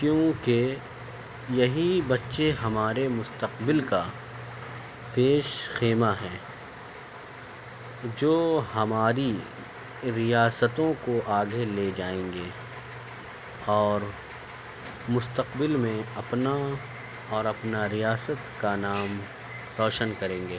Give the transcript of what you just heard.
کیونکہ یہی بچے ہمارے مستقبل کا پیش خیمہ ہیں جو ہماری ریاستوں کو آگھے لے جائیں گے اور مستقبل میں اپنا اور اپنا ریاست کا نام روشن کریں گے